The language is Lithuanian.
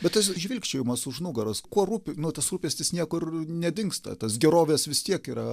bet tas žvilgčiojimas už nugaros kuo rūpi nu tas rūpestis niekur nedingsta tas gerovės vis tiek yra